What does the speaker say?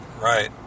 right